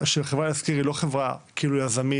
שחברת "דירה להשכיר" היא לא חברה כאילו יזמית,